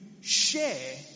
share